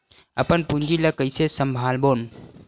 अपन पूंजी ला कइसे संभालबोन?